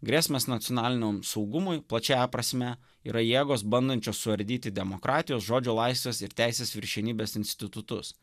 grėsmės nacionaliniam saugumui plačiąja prasme yra jėgos bandančios suardyti demokratijos žodžio laisvės ir teisės viršenybės institutus